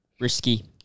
risky